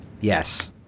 yes